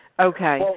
Okay